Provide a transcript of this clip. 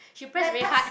that touch